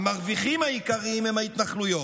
המרוויחים העיקריים הם ההתנחלויות.